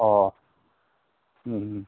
अ